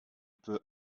peu